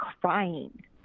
crying